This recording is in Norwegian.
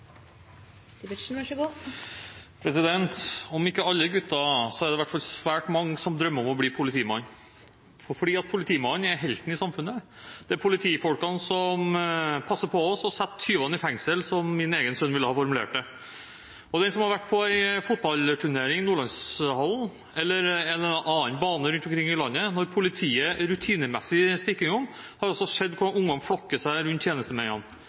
alle gutter, så drømmer i hvert fall svært mange om å bli politimann. Politimannen er helten i samfunnet, det er politifolkene som passer på oss og «setter tyvene i fengsel» – som min egen sønn ville ha formulert det. Den som har vært på fotballturnering i Nordlandshallen eller en annen bane i landet når politiet rutinemessig stikker innom, har også sett hvordan barna flokker seg rundt tjenestemennene